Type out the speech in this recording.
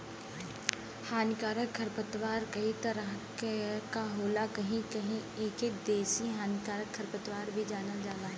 हानिकारक खरपतवार कई तरह क होला कहीं कहीं एके देसी हानिकारक खरपतवार भी जानल जाला